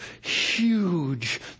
huge